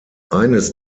eines